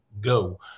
go